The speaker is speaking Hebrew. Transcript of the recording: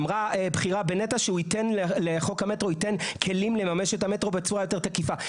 אמרה בכירה בנת"ע שחוק המטרו ייתן כלים לממש את המטרו בצורה יותר תקיפה.